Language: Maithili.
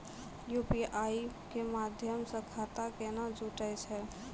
यु.पी.आई के माध्यम से खाता केना जुटैय छै?